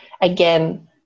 again